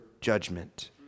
judgment